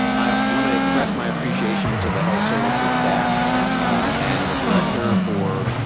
i wanna express my appreciation to the health services staff and the director for